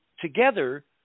together